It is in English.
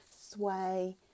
sway